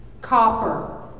copper